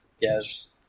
Yes